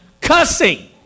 cussing